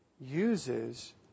uses